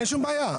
אין שום בעיה.